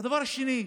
והדבר השני,